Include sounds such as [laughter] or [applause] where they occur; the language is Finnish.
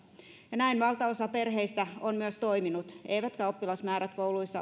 ja näin valtaosa perheistä on myös toiminut eivätkä oppilasmäärät kouluissa [unintelligible]